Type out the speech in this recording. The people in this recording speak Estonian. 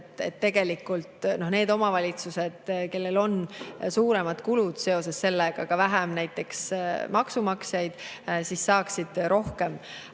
Tegelikult need omavalitsused, kellel on suuremad kulud seoses sellega, aga vähem näiteks maksumaksjaid, saaksid rohkem.